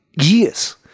years